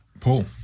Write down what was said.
Paul